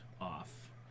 off